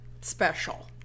special